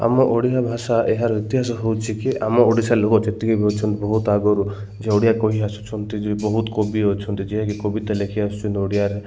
ଆମ ଓଡ଼ିଆ ଭାଷା ଏହାର ଇତିହାସ ହଉଛି କି ଆମ ଓଡ଼ିଶା ଲୋକ ଯେତିକି ବି ଅଛନ୍ତି ବହୁତ ଆଗରୁ ଯେ ଓଡ଼ିଆ କହି ଆସୁଛନ୍ତି ଯେ ବହୁତ କବି ଅଛନ୍ତି ଯିଏକି କବିତା ଲେଖି ଆସୁଛନ୍ତି ଓଡ଼ିଆରେ